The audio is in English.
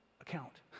account